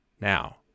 now